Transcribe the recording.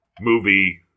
movie